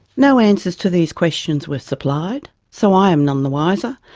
no answers to these questions were supplied so i am none the wiser,